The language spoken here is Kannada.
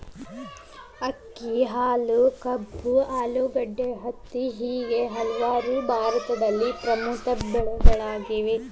ಅಕ್ಕಿ, ಹಾಲು, ಕಬ್ಬು, ಆಲೂಗಡ್ಡೆ, ಹತ್ತಿ ಹೇಗೆ ಹಲವಾರು ಭಾರತದಲ್ಲಿ ಪ್ರಮುಖ ಉತ್ಪನ್ನಗಳು